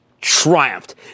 triumphed